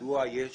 מדוע יש